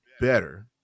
better